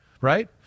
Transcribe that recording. Right